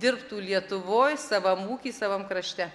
dirbtų lietuvoj savam ūky savam krašte